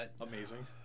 amazing